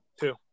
Two